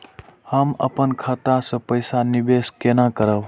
हम अपन खाता से पैसा निवेश केना करब?